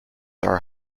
are